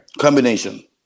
Combination